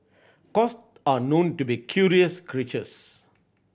are known to be curious creatures